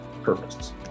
Purpose